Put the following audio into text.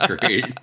great